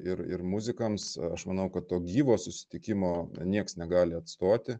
ir ir muzikams aš manau kad to gyvo susitikimo nieks negali atstoti